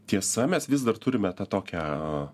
tiesa mes vis dar turime tą tokią